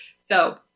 so-